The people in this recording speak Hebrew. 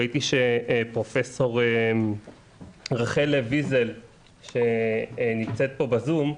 ראיתי שפרופ' רחל לב ויזל שנמצאת פה בזום,